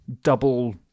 double